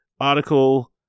article